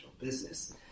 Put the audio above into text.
business